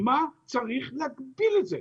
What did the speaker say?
למה צריך להגביל את זה?